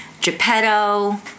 Geppetto